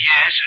Yes